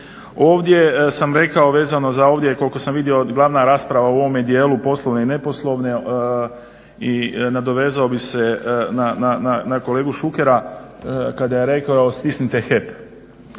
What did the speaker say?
Ovdje sam rekao vezano za ovdje koliko sam vidio glavna rasprava u ovome dijelu poslovne i neposlovne i nadovezao bih se na kolegu Šukera kada je rekao da stisnete HEP.